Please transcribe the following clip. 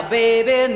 baby